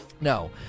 No